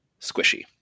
squishy